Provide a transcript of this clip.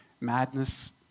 madness